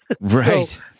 Right